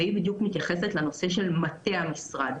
והיא בדיוק מתייחסת לנושא של מטה המשרד,